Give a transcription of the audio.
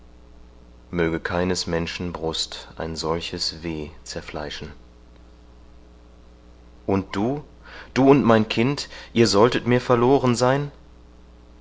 möge keines menschen brust ein solches weh zerfleischen und du du und mein kind ihr solltet mir verloren sein